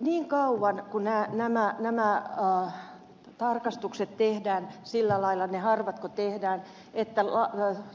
niin kauan kuin nämä tarkastukset ne harvat jotka tehdään tehdään sillä lailla että